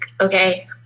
okay